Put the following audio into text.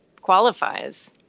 qualifies